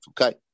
Okay